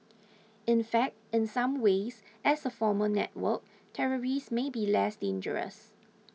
in fact in some ways as a formal network terrorists may be less dangerous